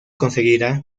conseguirá